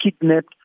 kidnapped